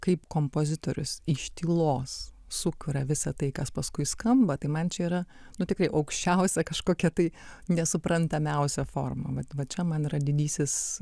kaip kompozitorius iš tylos sukuria visą tai kas paskui skamba tai man čia yra nu tikrai aukščiausia kažkokia tai nesuprantamiausia forma vat vat čia man yra didysis